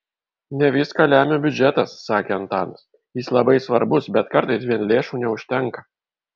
ne viską lemia biudžetas sakė antanas jis labai svarbus bet kartais vien lėšų neužtenka